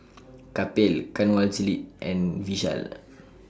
Kapil Kanwaljit and Vishal